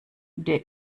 der